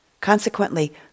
Consequently